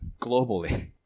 globally